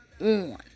on